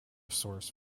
source